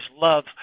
love